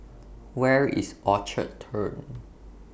Where IS Orchard Turn